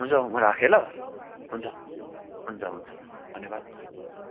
हुन्छ म राखेँ ल हुन्छ हुन्छ हुन्छ धन्यवाद